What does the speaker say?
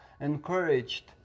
encouraged